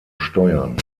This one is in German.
steuern